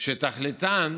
שתכליתן